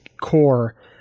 core